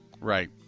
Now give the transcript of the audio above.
Right